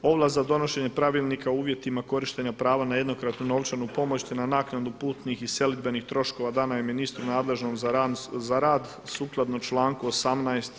Ovlast za donošenje Pravilnika o uvjetima korištenja prava na jednokratnu novčanu pomoć, te na naknadu putnih i selidbenih troškova dano je ministru nadležnom za rad sukladno članku 18.